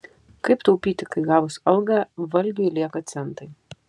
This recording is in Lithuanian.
kaip taupyti kai gavus algą valgiui lieka centai